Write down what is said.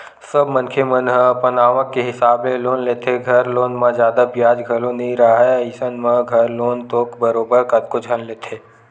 सब मनखे मन ह अपन आवक के हिसाब ले लोन लेथे, घर लोन म जादा बियाज घलो नइ राहय अइसन म घर लोन तो बरोबर कतको झन लेथे